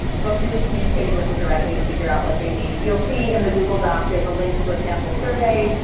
but really communicating with them directly to figure out what they need. you'll see in the google doc, there's a link to a sample survey